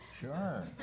Sure